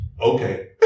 Okay